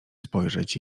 spojrzeć